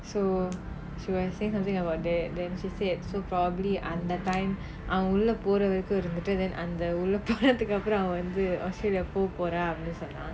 so she was saying something about that then she said so probably அந்த:antha time அவன் உள்ள போர வரைக்கும் இருந்துட்டு அவன் உள்ள போன அப்புறம் அவ வந்துட்டு:avan ulla pora varaikkum irunthutu avan ulla pona appuram ava vanthutu australia போ போறான்னு சொன்ன:po poraannu sonna